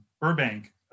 Burbank